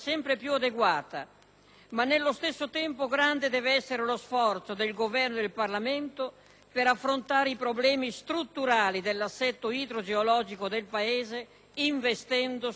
ma, nello stesso tempo, grande deve essere lo sforzo del Governo e del Parlamento per affrontare i problemi strutturali dell'assetto idrogeologico del Paese, investendo sulla prevenzione.